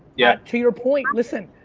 yeah to your point, listen,